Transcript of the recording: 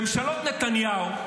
בממשלות נתניהו,